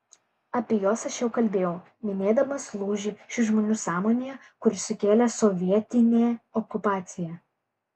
apie juos aš jau kalbėjau minėdamas lūžį šių žmonių sąmonėje kurį sukėlė sovietinė okupacija